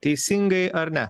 teisingai ar ne